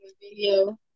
video